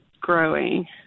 growing